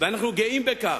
ואנחנו גאים בכך,